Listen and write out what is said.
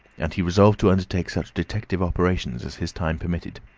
and he resolved to undertake such detective operations as his time permitted.